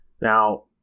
Now